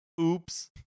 oops